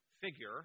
figure